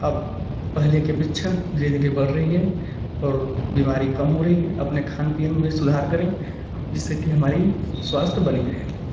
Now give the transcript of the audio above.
अब पहले के अपेक्षा धीरे धीरे बढ़ रही है और बीमारी कम हो रही है अपने खान पियन में सुधार करें जिससे कि हमारी स्वास्थ्य बनी रहे